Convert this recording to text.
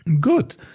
Good